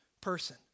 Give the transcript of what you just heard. person